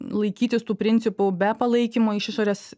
laikytis tų principų be palaikymo iš išorės